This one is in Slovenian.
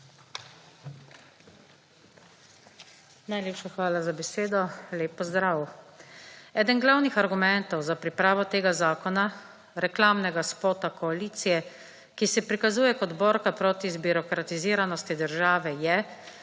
Najlepša hvala za besedo. Lep pozdrav! Eden glavnih argumentov za pripravo tega zakona, reklamnega spota koalicije, ki se prikazuje kot borka proti zbirokratiziranosti države je,